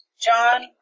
John